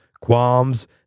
qualms